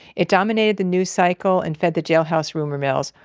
it dominated the news cycle and fed the jailhouse rumor mills,